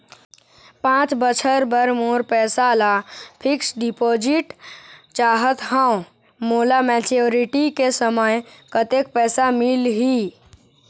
पांच बछर बर मोर पैसा ला फिक्स डिपोजिट चाहत हंव, मोला मैच्योरिटी के समय कतेक पैसा मिल ही?